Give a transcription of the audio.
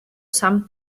some